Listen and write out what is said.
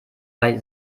bei